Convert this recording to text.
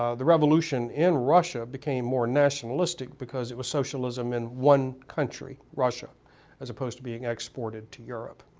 ah the revolution in russia became more nationalistic because it was socialism in one country russia as opposed to being exported to europe.